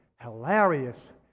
hilarious